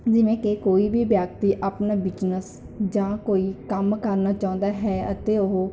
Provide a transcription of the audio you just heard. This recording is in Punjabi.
ਜਿਵੇਂ ਕਿ ਕੋਈ ਵੀ ਵਿਅਕਤੀ ਆਪਣਾ ਬਿਜਨਸ ਜਾਂ ਕੋਈ ਕੰਮ ਕਰਨਾ ਚਾਹੁੰਦਾ ਹੈ ਅਤੇ ਉਹ